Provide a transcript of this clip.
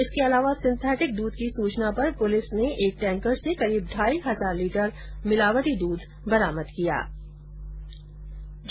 इसके अलावा सिंथेटिक दूध की सूचना पर पुलिस ने एक टैंकर से करीब ढाई हजार लीटर मिलावटी दूध बरामद बरामद किया